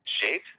Shape